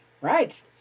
right